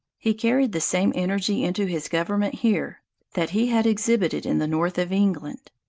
he carried the same energy into his government here that he had exhibited in the north of england.